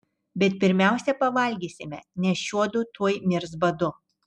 bet pirmiausia pavalgysime nes šiuodu tuoj mirs badu